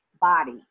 body